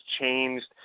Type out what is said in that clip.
changed